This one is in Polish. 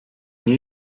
nie